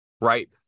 right